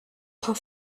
paar